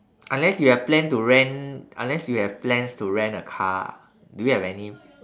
unless you have plan to rent unless you have plans to rent a car do you have any